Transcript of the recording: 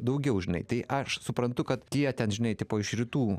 daugiau žinai tai aš suprantu kad tie ten žinai tipo iš rytų